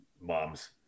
mom's